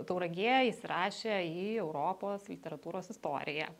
tauragėje įsirašė į europos literatūros istoriją